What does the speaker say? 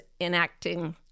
enacting